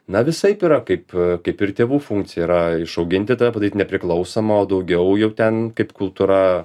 na visaip yra kaip kaip ir tėvų funkcija yra išauginti tą padaryti nepriklausomą o daugiau juk ten kaip kultūra